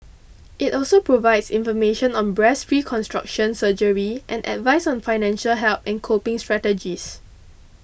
it also provides information on breast reconstruction surgery and advice on financial help and coping strategies